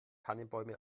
tannenbäume